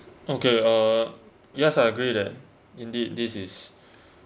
okay uh yes I agree with that indeed this is